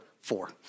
four